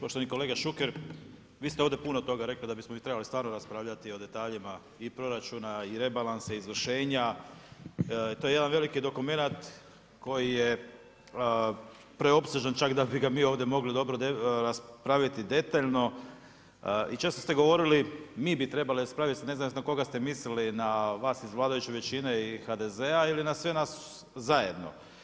Poštovani kolega Šuker, vi ste ovdje puno toga rekli da bi smo mi stvarno trebali raspravljati o detaljima i proračuna i rebalansa i izvršenja, to je jedan veliki dokumenat koji je preopsežan čak da bi ga ovdje mogli dobro debelo raspraviti detaljno, i često ste govorili mi bi trebali raspravit, ne znam na koga ste mislili, na vas iz vladajuće većine i HDZ-a ili na sve nas zajedno.